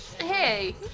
Hey